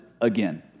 again